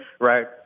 right